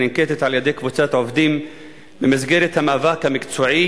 הננקטת על-ידי קבוצת עובדים במסגרת המאבק המקצועי